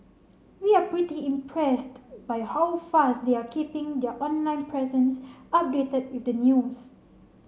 we're pretty impressed by how fast they're keeping their online presence updated with the news